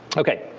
ok,